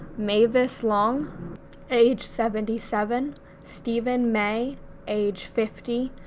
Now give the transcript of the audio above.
mavis long age seventy seven steven may age fifty,